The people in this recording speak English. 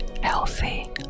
healthy